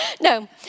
No